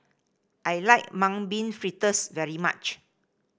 I like Mung Bean Fritters very much